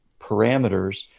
parameters